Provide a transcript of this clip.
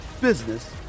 business